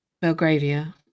Belgravia